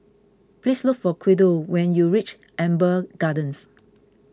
please look for Guido when you reach Amber Gardens